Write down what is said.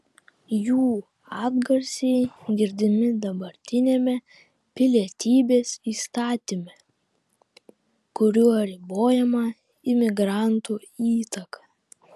jų atgarsiai girdimi dabartiniame pilietybės įstatyme kuriuo ribojama imigrantų įtaka